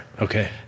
Okay